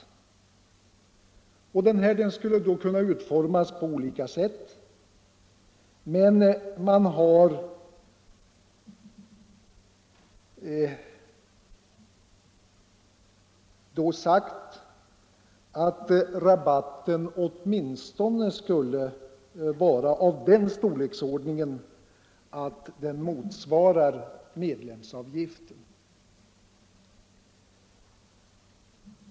Den skulle kunna utformas på olika sätt, men det har sagts att rabatten åtminstone skulle vara av sådan storlek att den motsvarar medlemsavgiften.